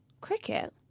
Cricket